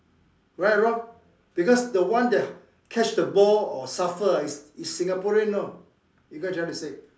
right or wrong because the one that catch the ball or suffer ah is is Singaporean you know you get what I'm trying to say